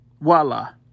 Voila